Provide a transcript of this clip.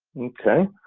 okay.